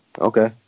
Okay